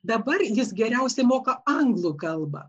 dabar jis geriausiai moka anglų kalbą